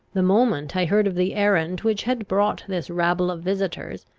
the moment i heard of the errand which had brought this rabble of visitors,